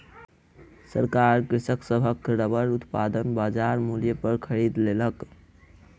सरकार कृषक सभक रबड़ उत्पादन बजार मूल्य पर खरीद लेलक